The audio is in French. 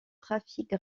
trafic